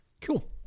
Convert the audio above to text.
cool